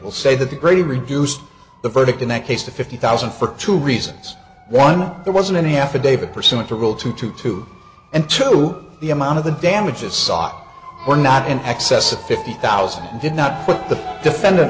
will say that the brady reduced the verdict in that case to fifty thousand for two reasons one there wasn't any affidavit pursuant to rule two to two and two the amount of the damages sought or not in excess of fifty thousand did not put the defendant